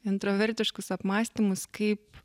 introvertiškus apmąstymus kaip